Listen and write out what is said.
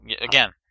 again